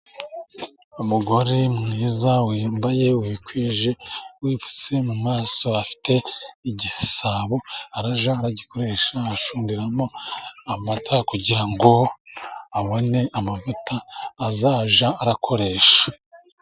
Umugore mwiza, wambaye, wikwije, wipfutse mu maso, afite igisabo, arajya aragikoresha, acundiramo amata, kugira ngo abone amavuta azajya arakoresha.